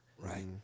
Right